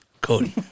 cody